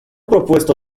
propuesto